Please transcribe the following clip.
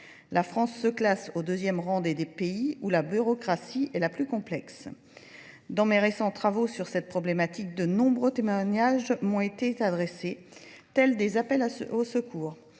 La France se classe au deuxième rang des pays où la bureaucratie est la plus complexe. Dans mes récents travaux sur cette problématique, de nombreux témoignages m'ont été adressés tels des appels au secours.